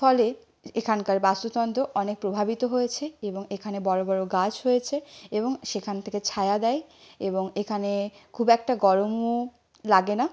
ফলে এখানকার বাস্তুতন্ত্র অনেক প্রভাবিত হয়েছে এবং এখানে বড়ো বড়ো গাছ হয়েছে এবং সেখান থেকে ছায়া দেয় এবং এখানে খুব একটা গরমও লাগে না